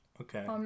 okay